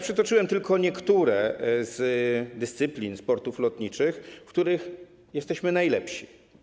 Przytoczyłem tylko niektóre z dyscyplin, sportów lotniczych, w których jesteśmy najlepsi.